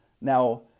Now